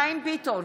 חיים ביטון,